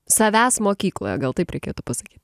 savęs mokykloje gal taip reikėtų pasakyt